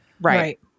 Right